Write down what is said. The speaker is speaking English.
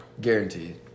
Guaranteed